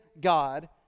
God